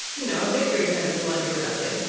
you know, a victory for him if you want to be reductive.